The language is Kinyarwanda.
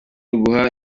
uguha